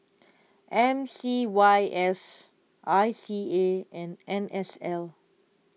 M C Y S I C A and N S L